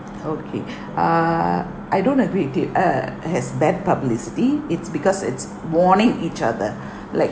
okay uh I don't agree with it uh has bad publicity it's because it's warning each other like